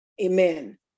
Amen